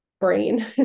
brain